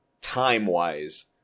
time-wise